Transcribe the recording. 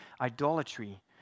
idolatry